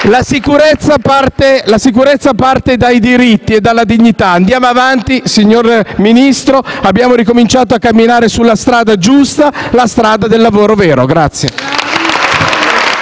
La sicurezza parte dai diritti e dalla dignità. Andiamo avanti, signor Ministro, abbiamo ricominciato a camminare sulla strada giusta, la strada del lavoro vero.